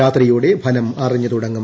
രാത്രിയോടെ ഫലമറിഞ്ഞു തുടങ്ങും